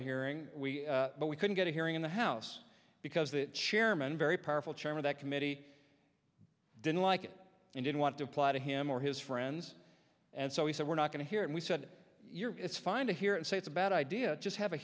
the hearing but we couldn't get a hearing in the house because the chairman very powerful chairman that committee didn't like it and didn't want to apply to him or his friends and so he said we're not going to hear and we said it's fine to here and say it's a bad idea just have a